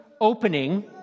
opening